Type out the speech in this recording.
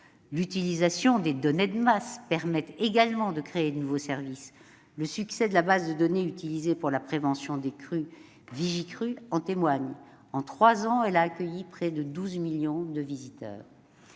L'utilisation des données de masse permet également de créer de nouveaux services ; le succès de la base de données utilisée pour la prévision des crues, www.vigicrues.gouv.fr, en témoigne : en trois ans, elle a accueilli près de 12 millions de visiteurs.